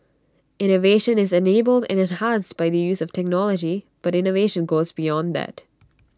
innovation is enabled and enhanced by the use of technology but innovation goes beyond that